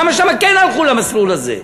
למה שם כן הלכו למסלול הזה?